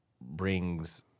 brings